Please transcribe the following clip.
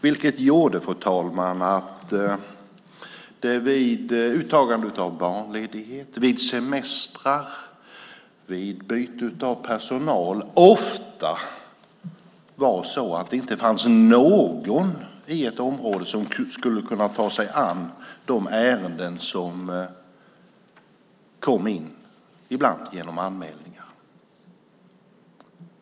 Det gjorde, fru talman, att det vid uttagande av barnledighet, vid semestrar och vid byte av personal ofta inte fanns någon i ett område som kunde ta sig an de ärenden som kom in - ibland genom anmälningar.